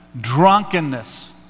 drunkenness